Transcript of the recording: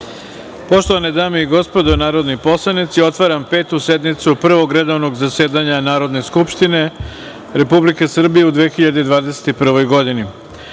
Poštovane dame i gospodo narodni poslanici, otvaram Petu sednicu Prvog redovnog zasedanja Narodne skupštine Republike Srbije u 2021. godini. Na